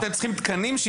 אתם צריכים אולי תקנים?